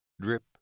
Drip